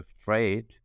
afraid